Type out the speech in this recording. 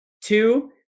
two